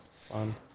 Fun